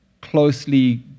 closely